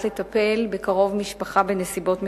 לטפל בקרוב משפחה בנסיבות מסוימות.